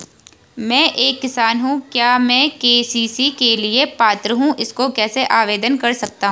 मैं एक किसान हूँ क्या मैं के.सी.सी के लिए पात्र हूँ इसको कैसे आवेदन कर सकता हूँ?